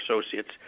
associates